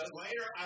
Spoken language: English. later